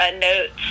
notes